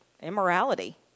immorality